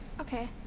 Okay